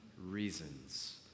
reasons